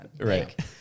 right